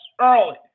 early